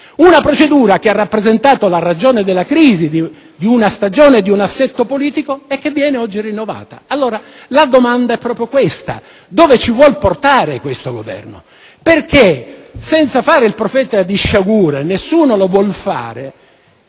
una procedura che ha rappresentato la ragione della crisi di una stagione, di un assetto politico e che viene oggi rinnovata. La domanda è dunque la seguente: dove ci vuol portare questo Governo? Senza fare il profeta di sciagure (nessuno lo vuol fare),